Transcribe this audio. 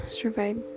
survive